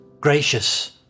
gracious